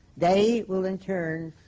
they will, in turn,